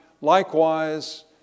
likewise